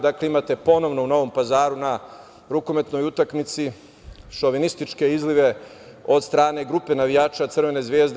Dakle, imate ponovo u Novom Pazaru na rukometnoj utakmici šovinističke izlive od strane grupe navijača Crvene Zvezde.